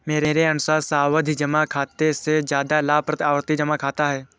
मेरे अनुसार सावधि जमा खाते से ज्यादा लाभप्रद आवर्ती जमा खाता है